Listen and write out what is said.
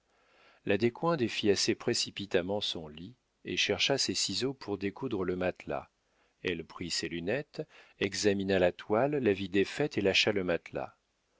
la descoings défit assez précipitamment son lit et chercha ses ciseaux pour découdre le matelas elle prit ses lunettes examina la toile la vit défaite et lâcha le matelas